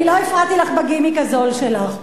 אני לא הפרעתי לך בגימיק הזול שלך.